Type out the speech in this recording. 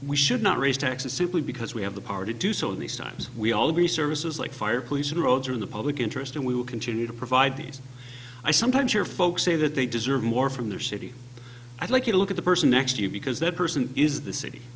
we should not raise taxes simply because we have the power to do so in these times we all be services like fire police and roads are in the public interest and we will continue to provide these i sometimes hear folks say that they deserve more from their city i'd like you to look at the person next to you because that person is the city